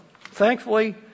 Thankfully